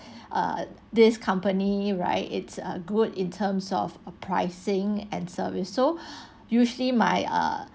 err this company right it's a good in terms of pricing and service so usually my uh